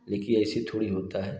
लेकिन ऐसी थोड़ी होता है